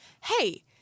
hey